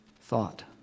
thought